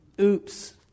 Oops